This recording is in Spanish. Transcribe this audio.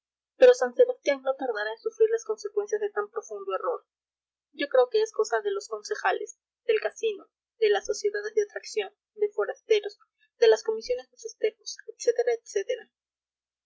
pero san sebastián no tardará en sufrir las consecuencias de tan profundo error yo creo que es cosa de los concejales del casino de las sociedades de atracción de forasteros de las comisiones de festejos etcétera